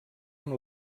amb